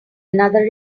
another